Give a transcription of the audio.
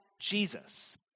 Jesus